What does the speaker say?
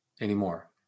anymore